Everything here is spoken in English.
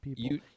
people